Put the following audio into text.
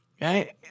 right